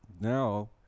Now